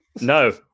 No